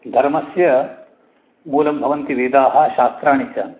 धर्मस्य मूलं भवन्ति वेदाः शास्त्राणि च